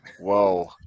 whoa